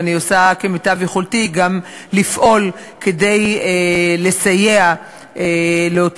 ואני עושה כמיטב יכולתי גם לפעול כדי לסייע לאותם,